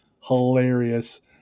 hilarious